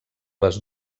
les